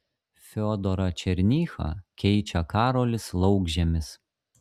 fiodorą černychą keičia karolis laukžemis